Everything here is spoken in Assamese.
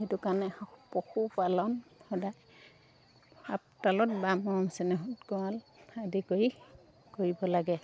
সেইটো কাৰণে পশুপালন সদায় আপদালত বা মৰম চেনেহত গঁৰাল আদি কৰি কৰিব লাগে